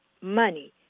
money